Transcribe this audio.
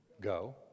Go